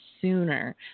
sooner